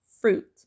Fruit